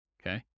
okay